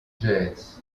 jazz